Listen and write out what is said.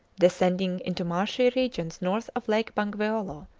descending into marshy regions north of lake bangweolo,